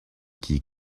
qui